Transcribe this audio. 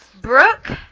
Brooke